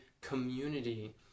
community